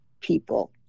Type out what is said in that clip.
people